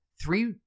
three